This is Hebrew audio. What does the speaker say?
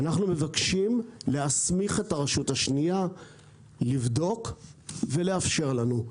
אנחנו מבקשים להסמיך את הרשות השנייה לבדוק ולאפשר לנו.